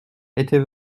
était